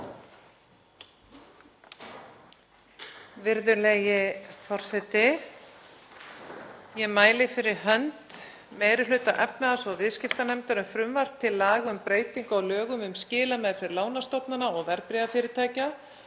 Virðulegi forseti. Ég mæli fyrir hönd meiri hluta efnahags- og viðskiptanefndar um frumvarp til laga um breytingu á lögum um skilameðferð lánastofnana og verðbréfafyrirtækja